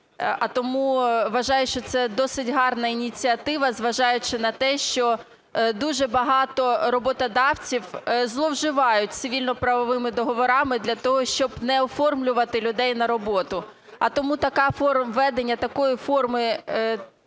а тому вважаю, що це досить гарна ініціатива, зважаючи на те, що дуже багато роботодавців зловживають цивільно-правовими договорами для того, щоб не оформлювати людей на роботу. А тому така форма, введення такої форми